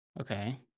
Okay